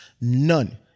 None